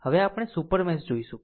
હવે આપણે super mesh જોશું